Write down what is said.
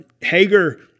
Hager